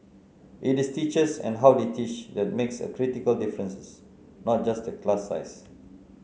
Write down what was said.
it is teachers and how they teach that makes a critical differences not just the class size